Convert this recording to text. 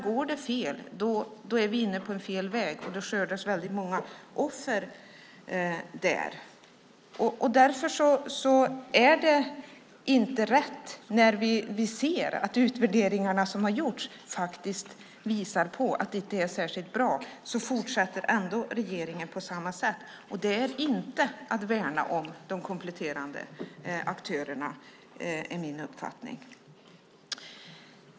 Går det fel är vi inne på en fel väg, och då skördas väldigt många offer för det. Det är inte rätt när vi ser att de utvärderingar som har gjorts visar på att det inte är särskilt bra. Ändå fortsätter regeringen på samma sätt. Det är inte att värna om de kompletterande aktörerna enligt min uppfattning.